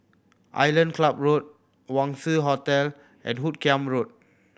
Island Club Road Wangz Hotel and Hoot Kiam Road